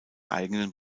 eigenen